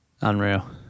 Unreal